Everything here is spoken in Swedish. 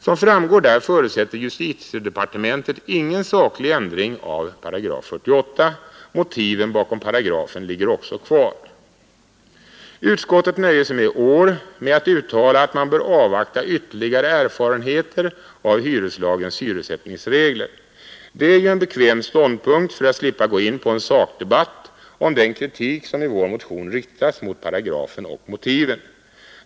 Som framgår där förutsätter justitiedepartementet ingen saklig ändring av 48 §. Motiven bakom paragrafen ligger också kvar. Utskottet nöjer sig i år med att uttala att man bör avvakta ytterligare erfarenheter av hyreslagens hyressättningsregler. Det är ju en bekväm ståndpunkt för att slippa gå in på en sakdebatt om den kritik som i vår motion riktats mot paragrafen och motiven.